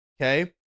okay